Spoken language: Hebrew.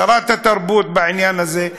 משרת התרבות בעניין הזה,